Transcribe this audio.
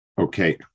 Okay